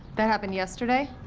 that happened yesterday?